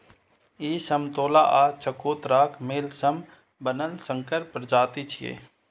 ई समतोला आ चकोतराक मेल सं बनल संकर प्रजाति छियै